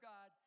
God